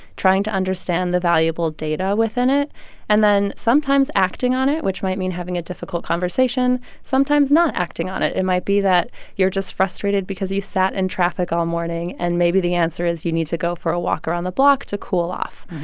trying to understand the valuable data within it and then sometimes acting on it which might mean having a difficult conversation sometimes not acting on it. it might be that you're just frustrated because you sat in and traffic all morning and maybe the answer is you need to go for a walk around the block to cool off.